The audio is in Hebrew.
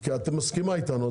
כי את מסכימה אתנו,